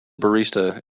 barista